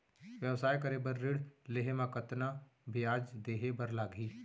व्यवसाय करे बर ऋण लेहे म कतना ब्याज देहे बर लागही?